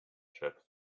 ship